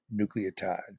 nucleotides